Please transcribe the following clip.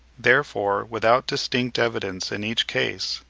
therefore, without distinct evidence in each case,